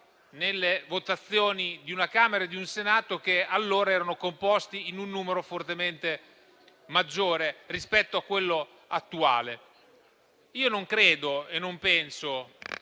nelle votazioni di una Camera e di un Senato che all'epoca erano composti da un numero fortemente maggiore rispetto a quello attuale. Io non credo e non penso